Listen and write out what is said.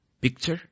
picture